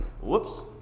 Whoops